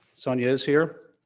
sonia is here.